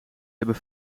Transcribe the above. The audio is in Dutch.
hebben